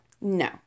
No